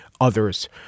others